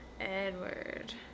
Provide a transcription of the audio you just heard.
Edward